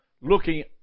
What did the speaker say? looking